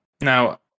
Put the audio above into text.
now